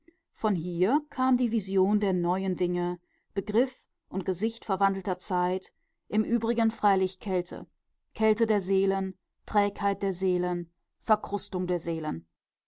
von hier kam die vision der neuen dinge begriff und gesicht verwandelter zeit im übrigen freilich kälte kälte der seelen trägheit der seelen verkrustung der seelen